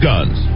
Guns